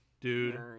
dude